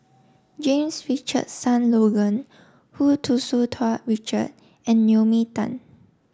James Richardson Logan Hu Tsu Tau Richard and Naomi Tan